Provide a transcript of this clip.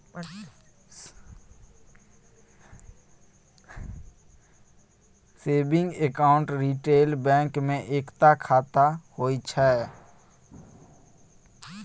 saving account retail bank मे एकता खाता होइ छै